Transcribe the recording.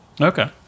Okay